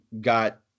got